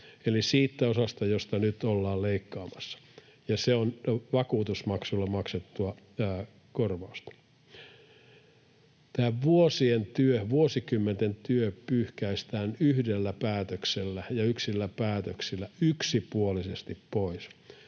eli siitä osasta, josta nyt ollaan leikkaamassa — ja se on vakuutusmaksulla maksettua korvausta. Tämä vuosikymmenten työ pyyhkäistään yksillä päätöksillä yksipuolisesti pois.